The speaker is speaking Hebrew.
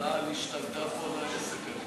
תע"ל השתלטה פה על העסק.